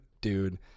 dude